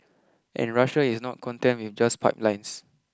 and Russia is not content with just pipelines